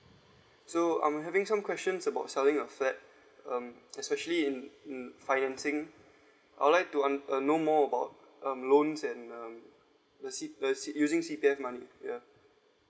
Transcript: so I'm having some questions about selling a flat um especially in mm financing I'd like to un~ uh know more um loans and um flexi flexi using C_P_F money ya